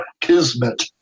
Kismet